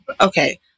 Okay